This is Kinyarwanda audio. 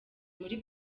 muri